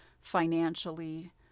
financially